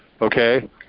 okay